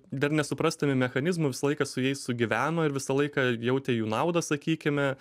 dar nesuprasdami mechanizmų visą laiką su jais sugyveno ir visą laiką jautė jų naudą sakykime